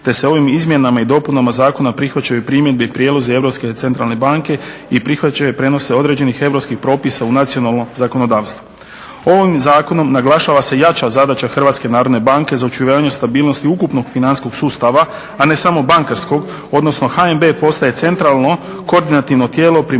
te se ovim izmjenama i dopunama zakona prihvaćaju primjedbe i prijedlozi Europske centralne banke i prihvaćanje i prijenosi određenih europskih propisa u nacionalnom zakonodavstvu. Ovim zakonom naglašava se jača zadaća Hrvatske narodne banke za očuvanje stabilnosti ukupnog financijskog sustava, a ne samo bankarskog. Odnosno HNB postaje centralno-koordinativno tijelo pri mogućim